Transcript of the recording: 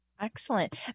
Excellent